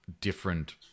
different